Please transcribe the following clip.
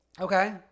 okay